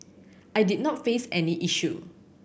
I did not face any issue